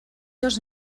dos